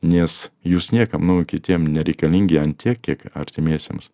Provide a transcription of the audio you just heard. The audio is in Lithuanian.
nes jūs niekam nu kitiem nereikalingi ant tiek kiek artimiesiems